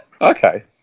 Okay